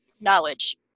knowledge